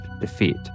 defeat